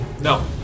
No